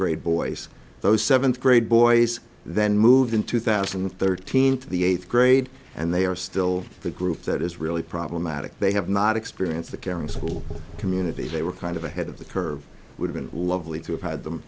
grade boys those seventh grade boys then moved in two thousand and thirteen to the eighth grade and they are still the group that is really problematic they have not experienced the caring school community they were kind of ahead of the curve would have been lovely to have had them